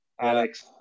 Alex